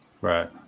Right